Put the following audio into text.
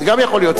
זה גם יכול להיות.